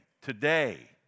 today